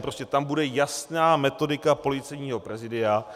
Prostě tam bude jasná metodika Policejního prezídia.